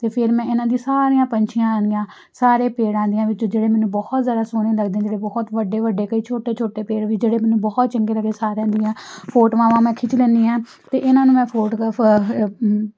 ਅਤੇ ਫਿਰ ਮੈਂ ਇਹਨਾਂ ਦੀ ਸਾਰੀਆਂ ਪੰਛੀਆਂ ਦੀਆਂ ਸਾਰੇ ਪੇੜਾਂ ਦੀਆਂ ਵਿੱਚੋਂ ਜਿਹੜੇ ਮੈਨੂੰ ਬਹੁਤ ਜ਼ਿਆਦਾ ਸੋਹਣੇ ਲੱਗਦੇ ਜਿਹੜੇ ਬਹੁਤ ਵੱਡੇ ਵੱਡੇ ਕਈ ਛੋਟੇ ਛੋਟੇ ਪੇੜ ਵੀ ਜਿਹੜੇ ਮੈਨੂੰ ਬਹੁਤ ਚੰਗੇ ਲੱਗੇ ਸਾਰਿਆਂ ਦੀਆਂ ਫੋਟੋਆਵਾਂ ਮੈਂ ਖਿੱਚ ਲੈਂਦੀ ਹਾਂ ਅਤੇ ਇਹਨਾਂ ਨੂੰ ਮੈਂ